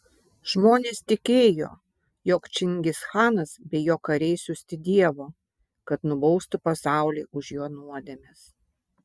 žmonės tikėjo jog čingischanas be jo kariai siųsti dievo kad nubaustų pasaulį už jo nuodėmes